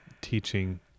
teaching